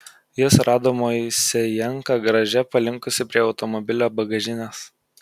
jis rado moisejenką garaže palinkusį prie automobilio bagažinės